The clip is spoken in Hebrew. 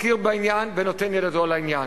מכיר בעניין ונותן ידו לעניין.